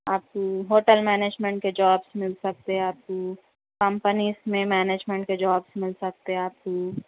آپ کو hotel management کے جابس مل سکتے آپ کو کمپنیز میں مینجمنٹ کے جابس مل سکتے آپ کو